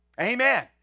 Amen